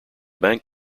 bank